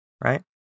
Right